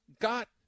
got